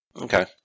Okay